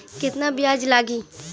केतना ब्याज लागी?